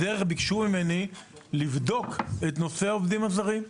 בדרך ביקשו ממני לבדוק את נושא העובדים הזרים.